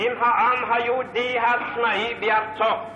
עם העם היהודי העצמאי בארצו."